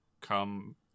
come